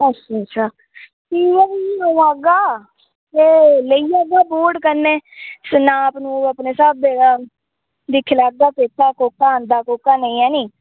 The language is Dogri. अच्छा अच्छा ठीक ऐ भी ते आह्गा ते लेई जाह्गे बूट कन्नै नाप अपने स्हाबै दा ते दिक्खी लैगा कोह्का आंदा कोह्का नेईं ऐ नी